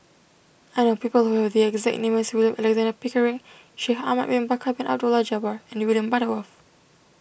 I know people who have the exact name as William Alexander Pickering Shaikh Ahmad Bin Bakar Bin Abdullah Jabbar and William Butterworth